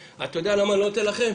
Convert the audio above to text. אתה יודע למה אני לא נותן לכם?